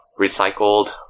recycled